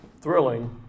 thrilling